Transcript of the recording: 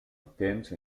temps